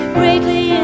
greatly